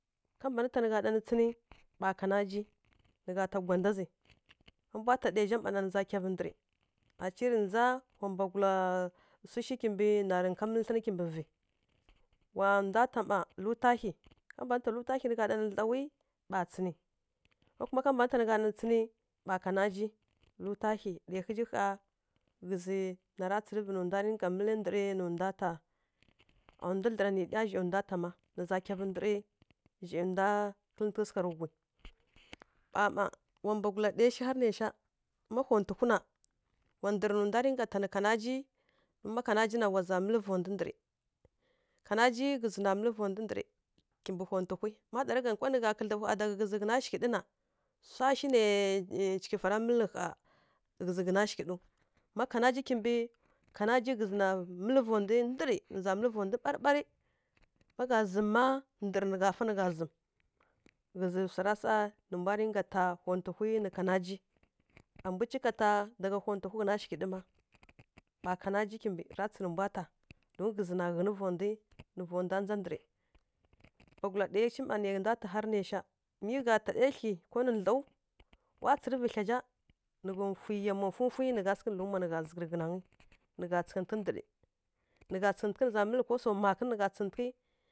Ka mban ta nǝ gha ta nǝ tsǝnǝ ɓa kanaji nǝ gha ta gwadazǝ, ma mbwa ta ɗai zha nǝ za kyavǝ ndǝrǝ aci rǝ ndza wa mbwagula swi shi kimbǝ narǝ nka mǝlǝ thlǝnǝ mbǝ vǝ. Ƙha nǝ mbwa ta ma lǝutahyi a mban ta lǝutahyi nǝ gha ɗa nǝ dlawi ɓa tsǝnǝ ko kuma ka mban ta nǝ gha ɗa nǝ tsǝnǝ ɓa kanaji lǝutahyi ɗai ghǝzǝ ƙha ghǝzǝ nara tsǝrǝvǝ nǝ ndwa rǝ ka mǝlǝ ndǝrǝ nǝ ndwa ta a ndwi dlǝra nǝ ɗya zhai ndwa ta ma nǝ za kyavǝ ndǝrǝ zhai ndwa kǝntǝghǝ sǝgha rǝ ghui ƙha ma wa mbwagula ɗai shi har naisha ma kontǝhu na wa ndǝrǝ nǝ ndwa dinga ta nǝ kanaji, ma kanaji na wa za mǝlǝ vaw ndu ndǝrǝ, kanaji ghǝzǝ na mǝlǝ vondu ndǝrǝ kimbǝ kontǝhwi, ma ɗarǝ gha na nkwai nǝ gha ƙhǝdlǝɓǝ ƙha daga ghǝzǝ ghǝna shighǝɗǝ na swa shi nai cighǝfara mǝlǝ kha ghǝzǝ ghǝna shighǝɗǝw ma kanaji kimbǝ, kanaji ghǝzǝ na mǝlǝ vondwi ndǝrǝ nǝ ghǝza mǝlǝ vondwi ɓarǝɓari ma gha zǝm ma ndǝrǝ nǝ gha fa nǝ gha zǝm ghǝzǝ swara sa nǝ mbwa dinga ta kontǝhwi nǝ kanaji a mbwi cika ta daga kontǝhwi ghǝna shighǝɗǝ ma, ɓa kanaji kimbǝ ra tsǝ nǝ mbwa ta don ghǝzǝ ra tsǝ do ghǝzǝ na ghǝnǝ vondwi nǝ vondwa ndza ndǝrǝ. Wa mbwagula ɗai shi nai mbwa ta har naisha mi gha ta ɗai thlyi ko nǝ ndlaw wa tsǝrǝvǝ thlya zha nǝ tsǝghǝ nǝ gha fǝyi yamwa fufwi nǝ gha sǝghǝ rǝ luma nǝ gha zǝghǝ rǝ ghǝnangǝ nǝ gha tsǝghǝtǝghǝ ndǝrǝ nǝ gha tsǝghǝtǝghǝ ko swo makǝn nǝ gha tsǝghǝtǝghǝ.